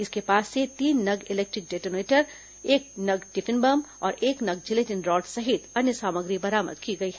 इसके पास से तीन नग इलेक्ट्रिक डोनेटर एक नग टिफिन बम और एक नग जिलेटिन रॉड सहित अन्य सामग्री बरामद की गई है